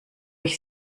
ich